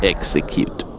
Execute